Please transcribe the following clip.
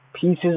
pieces